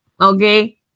Okay